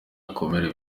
bikomere